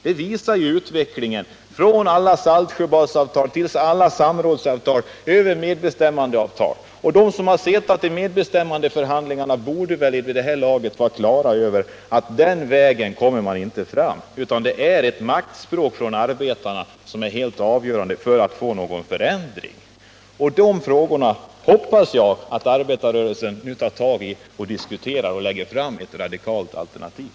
Det visar ju utvecklingen från alla Saltsjöbadsavtal, över alla samrådsavtal och fram till alla medbestämmandeavtal. De som har suttit i medbestämmandeförhandlingar borde vid det här laget vara klara över att den vägen kommer man inte fram. Maktspråk från arbetarna är helt avgörande för om det skall bli någon förändring. Jag hoppas att arbetarrörelsen nu tar tag i dessa frågor och lägger fram ett radikalt alternativ.